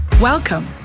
Welcome